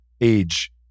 age